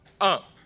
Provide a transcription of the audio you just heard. up